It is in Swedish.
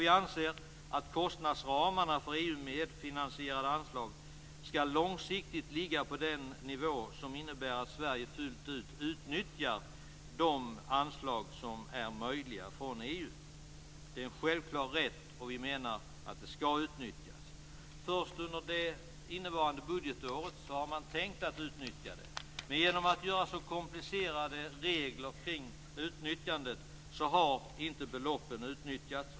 Vi anser att kostnadsramarna för EU-medfinansierade anslag långsiktigt skall ligga på en sådan nivå att Sverige fullt ut utnyttjar de anslag som det är möjligt att få från EU. Det är en självklar rätt. Vi menar att detta skall utnyttjas. Först under innevarande budgetår har man tänkt utnyttja det. Genom att man gjort så komplicerade regler kring utnyttjandet har beloppen inte utnyttjats.